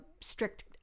strict